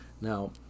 Now